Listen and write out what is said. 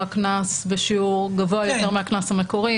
קנס בשיעור גבוה יותר מהקנס המקורי,